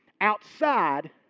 outside